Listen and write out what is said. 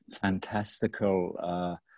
fantastical